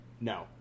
No